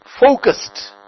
focused